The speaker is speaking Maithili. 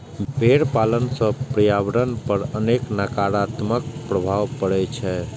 भेड़ पालन सं पर्यावरण पर अनेक नकारात्मक प्रभाव पड़ै छै